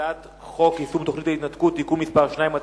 הצעת חוק יישום תוכנית ההתנתקות (תיקון מס' 2),